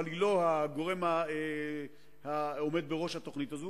אבל היא לא הגורם העומד בראש התוכנית הזאת,